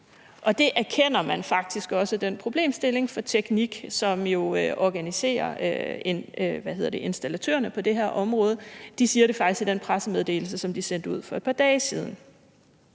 erkender man faktisk også er der hos TEKNIQ, som jo organiserer installatørerne på det her område. De siger det faktisk i den pressemeddelelse, som de sendte ud for et par dage siden.